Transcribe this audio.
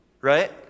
Right